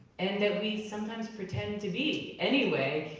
and that we sometimes pretend to be anyway,